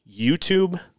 YouTube